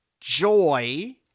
joy